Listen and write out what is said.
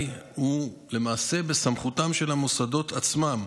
הוא למעשה בסמכותם של המוסדות עצמם,